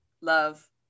love